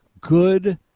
good –